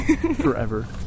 forever